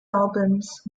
albums